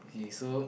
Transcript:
okay so